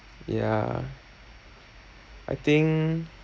ya I think